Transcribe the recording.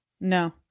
No